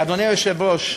אדוני היושב-ראש,